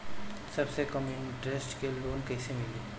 सबसे कम इन्टरेस्ट के लोन कइसे मिली?